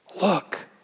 Look